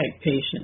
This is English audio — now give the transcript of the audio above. patient